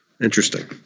Interesting